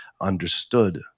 understood